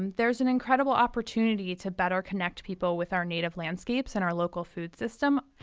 and there is an incredible opportunity to better connect people with our native landscapes and our local food system.